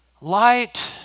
Light